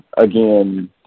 again